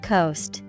Coast